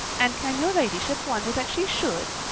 and can your ladyship wonder that she should?